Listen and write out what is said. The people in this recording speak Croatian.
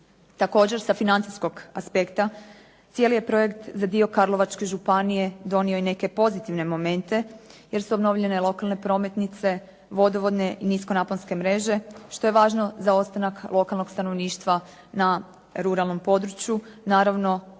Također sa financijskog aspekta cijeli je projekt za dio Karlovačke županije donio i neke pozitivne momente, jer su obnovljene lokalne prometnice, vodovodne i niskonaponske mreže što je važno za ostanak lokalnog stanovništva na ruralnom području, naravno